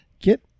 Get